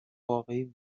واقعی